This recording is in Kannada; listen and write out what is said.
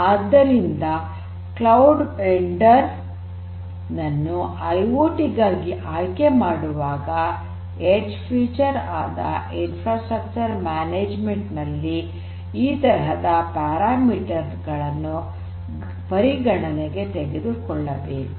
ಆದ್ದರಿಂದ ಕ್ಲೌಡ್ ವೆಂಡರ್ ನನ್ನು ಐಓಟಿ ಗಾಗಿ ಆಯ್ಕೆ ಮಾಡುವಾಗ ಎಡ್ಜ್ ವೈಶಿಷ್ಟ್ಯ ಅದ ಇನ್ಫ್ರಾಸ್ಟ್ರಕ್ಚರ್ ಮ್ಯಾನೇಜ್ಮೆಂಟ್ ನಲ್ಲಿ ಈ ತರಹದ ಪ್ಯಾರಾಮೀಟರ್ ಗಳನ್ನು ಪರಿಗಣನೆಗೆ ತೆಗೆದುಕೊಳ್ಳಬೇಕು